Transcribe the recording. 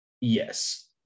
Yes